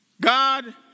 God